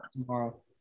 Tomorrow